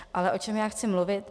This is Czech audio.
Ale o čem já chci mluvit?